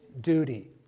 duty